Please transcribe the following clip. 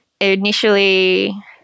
Initially